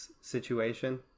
situation